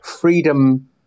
freedom